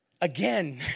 again